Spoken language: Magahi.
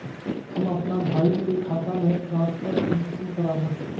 हम अपना भाई के खाता में ट्रांसफर कुंसम कारबे?